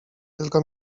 tylko